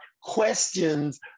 questions